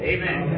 Amen